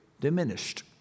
diminished